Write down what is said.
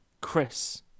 Chris